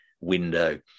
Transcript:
window